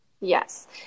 Yes